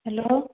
hello